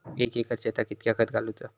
एक एकर शेताक कीतक्या खत घालूचा?